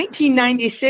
1996